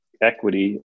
equity